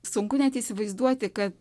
sunku net įsivaizduoti kad